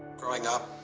growing up,